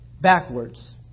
backwards